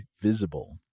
Visible